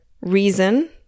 reason